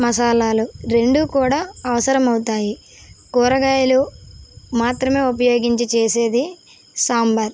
మసాలాలు రెండు కూడా అవసరం అవుతాయి కూరగాయలు మాత్రమే ఉపయోగించి చేసేది సాంబార్